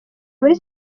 muri